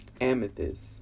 Amethyst